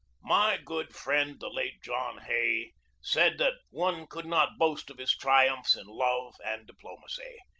my good friend the late john hay said that one could not boast of his triumphs in love and di plomacy.